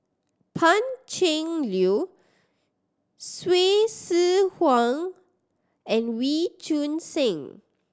Pan Cheng Lui Hsu Tse Kwang and Wee Choon Seng